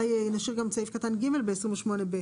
את סעיף קטן (ג) ב-28ב.